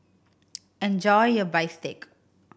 enjoy your bistake